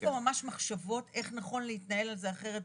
יש פה ממש מחשבות איך נכון להתנהל על זה אחרת,